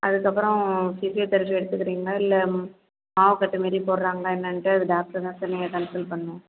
அதுக்கப்புறம் ஃபிசியோதெரப்பி எடுத்துக்குறீங்களா இல்லை மாவு கட்டு மாரி போடறாங்களா என்னன்ட்டு அது டாக்டர் தான் சார் நீங்கள் கன்சல் பண்ணனும்